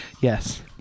Yes